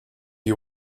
you